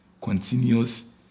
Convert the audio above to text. continuous